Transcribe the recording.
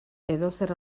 edozer